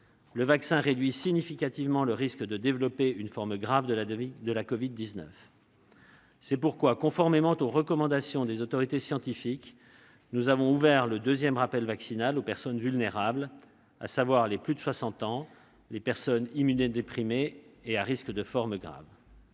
Le vaccin réduit significativement le risque de développer une forme grave de la covid-19. C'est pourquoi, conformément aux recommandations des autorités scientifiques, nous avons ouvert le deuxième rappel vaccinal aux personnes vulnérables, à savoir les plus de 60 ans, les personnes immunodéprimées et à risque de forme grave.